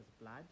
blood